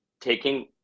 taking